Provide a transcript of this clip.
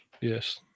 Yes